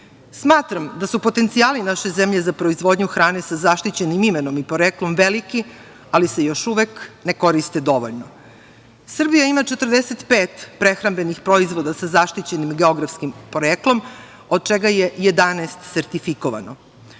da su potencijali naše zemlje za proizvodnju hrane sa zaštićenim imenom i poreklom veliki, a se još uvek ne koriste dovoljno. Srbija ima 45 prehrambenih proizvoda sa zaštićenim geografskim poreklom, od čega je 11 sertifikovano. Budući